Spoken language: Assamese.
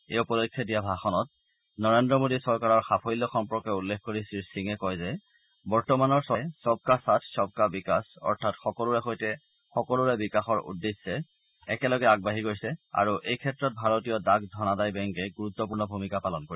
এই উপলক্ষে দিয়া ভাষণত নৰেন্দ্ৰ মোডী চৰকাৰৰ সাফল্য সম্পৰ্কে উল্লেখ কৰি শ্ৰীসিঙে কয় যে বৰ্তমানৰ চৰকাৰে সবকা সাথ সবকা বিকাশ অৰ্থাৎ সকলোৰে সৈতে সকলোৰে বিকাশৰ উদ্দেশ্যে একেলগে আগবাঢ়ি গৈছে আৰু এইক্ষেত্ৰত ভাৰতীয় ডাক ধনাদায় বেংকে গুৰুত্বপূৰ্ণ ভূমিকা পালন কৰিব